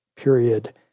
period